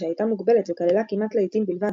שהייתה מוגבלת וכללה כמעט להיטים בלבד,